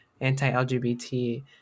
anti-LGBT